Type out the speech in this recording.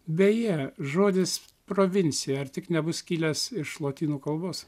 beje žodis provincija ar tik nebus kilęs iš lotynų kalbos